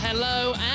Hello